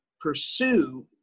pursue